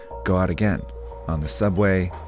go out again on the subway,